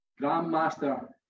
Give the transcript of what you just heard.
Grandmaster